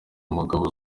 umugabo